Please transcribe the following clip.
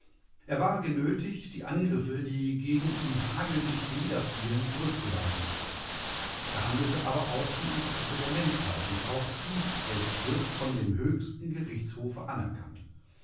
er war genötigt die angriffe die gegen ihn hageldicht niederfielen zurückzuweisen er handelte aber auch im interesse der menschheit und auch dies recht wird von dem höchsten gerichtshofe anerkannt